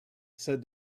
said